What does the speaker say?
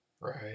Right